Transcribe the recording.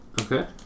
Okay